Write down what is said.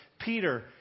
Peter